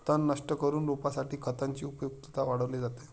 तण नष्ट करून रोपासाठी खतांची उपयुक्तता वाढवली जाते